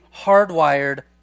hardwired